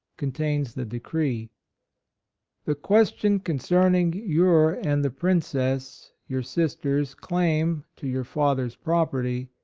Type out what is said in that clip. contains the decree the question concerning your and the princess, your sister's, claim to your father's property,